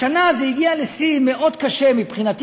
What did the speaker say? השנה זה הגיע לשיא מאוד קשה מבחינתי